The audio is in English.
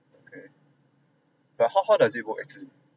okay but how how does it work actually